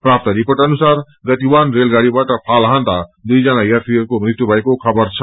प्राप्त रिर्पोट अनुसार गतिवान रेलगाउँबाट फाल हान्दा दुईजना यात्रीहरूको मृत्यु भएको खबर छ